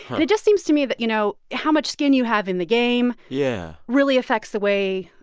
and it just seems to me that, you know, how much skin you have in the game. yeah. really affects the way,